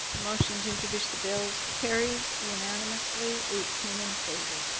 motion to introduce the bill carres unanimously eighteen in favor.